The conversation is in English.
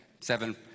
Seven